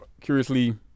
curiously